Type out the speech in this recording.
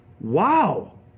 Wow